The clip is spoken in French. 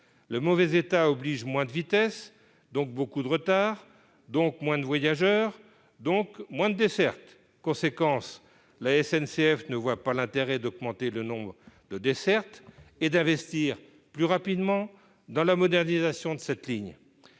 le mauvais état oblige, moins de vitesse, donc beaucoup de retard, donc moins de voyageurs, donc moins d'desserte conséquence la SNCF ne voit pas l'intérêt d'augmenter le nombre de dessertes et d'investir plus rapidement dans la modernisation de cette ligne,